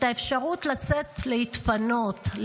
את האפשרות לצאת להתפנות,